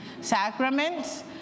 Sacraments